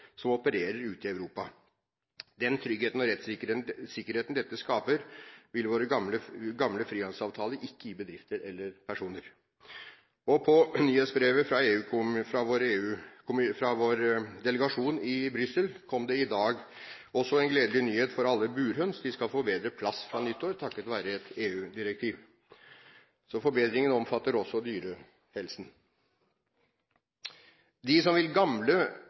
som opererer ute i Europa. Den tryggheten og rettssikkerheten dette skaper, vil vår gamle frihandelsavtale ikke gi bedrifter eller personer. I nyhetsbrevet fra vår delegasjon i Brussel kom det i dag også en gledelig nyhet for alle burhøns – de skal få bedre plass fra nyttår, takket være et EU-direktiv. Så forbedringen omfatter også dyrehelsen. De som vil